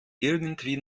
irgendwie